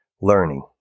learning